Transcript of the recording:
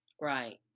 Right